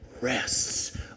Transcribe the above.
rests